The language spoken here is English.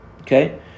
okay